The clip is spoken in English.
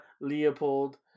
Leopold